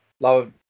Love